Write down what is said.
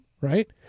Right